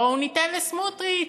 בואו ניתן לסמוטריץ,